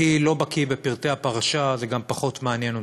אני לא בקי בפרטי הפרשה, זה גם פחות מעניין אותי,